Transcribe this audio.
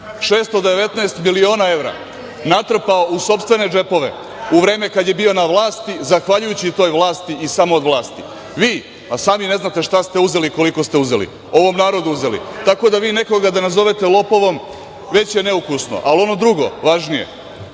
619 miliona evra natrpao u sopstvene džepove u vreme kada je bio na vlasti zahvaljujući toj vlasti i samo od vlasti. Vi, sami ne znate šta ste uzeli i koliko ste uzeli, ovom narodu uzeli, tako da vi nekoga da nazovete lopovom već je neukusno. Ali, ono drugo važnije,